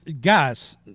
Guys